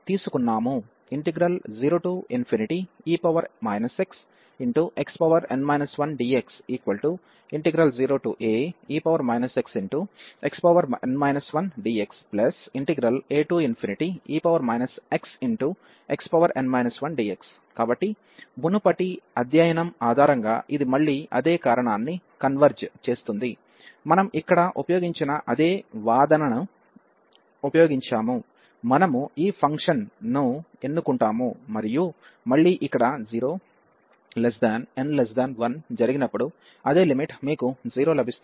0e xxn 1dx0ae xxn 1dxae xxn 1dx కాబట్టి మునుపటి అధ్యయనం ఆధారంగా ఇది మళ్ళీ అదే కారణాన్ని కన్వెర్జ్ చేస్తుంది మనం ఇక్కడ ఉపయోగించిన అదే వాదనను ఉపయోగించాము మనము ఈ ఫంక్షన్ను ఎన్నుకుంటాము మరియు మళ్ళీ ఇక్కడ 0n1జరిగినప్పుడు అదే లిమిట్ మీకు 0 లభిస్తుంది